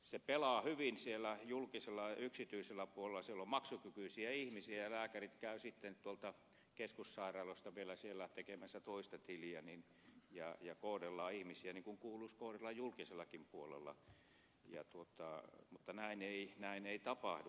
se pelaa hyvin siellä yksityisellä puolella siellä on maksukykyisiä ihmisiä ja lääkärit käyvät sitten keskussairaaloista vielä siellä tekemässä toista tiliä ja kohdellaan ihmisiä niin kuin kuuluisi kohdella julkisellakin puolella mutta näin ei tapahdu